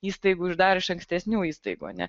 įstaigų ir dar iš ankstesnių įstaigų a ne